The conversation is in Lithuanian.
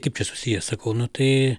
kaip čia susiję sakau nu tai